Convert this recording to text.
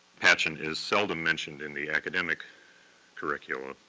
patchen is seldom mentioned in the academic curriculum.